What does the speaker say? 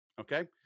Okay